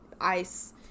ice